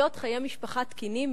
לחיות חיי משפחה תקינים,